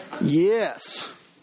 Yes